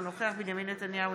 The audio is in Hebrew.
אינו נוכח בנימין נתניהו,